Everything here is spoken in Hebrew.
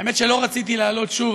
האמת היא שלא רציתי לעלות שוב,